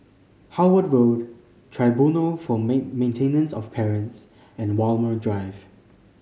Howard Road Tribunal for Maintenance of Parents and Walmer Drive